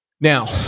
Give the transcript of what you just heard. Now